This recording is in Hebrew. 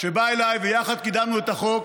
שבא אליי ויחד קידמנו את החוק,